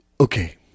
Okay